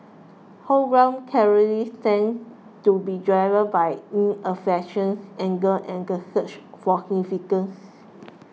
homegrown terrorism tends to be driven by disaffection anger and the search for significance